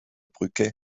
brücke